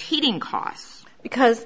heating costs because